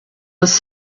was